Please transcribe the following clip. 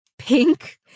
Pink